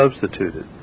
substituted